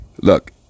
Look